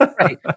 Right